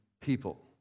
people